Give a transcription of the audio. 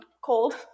cold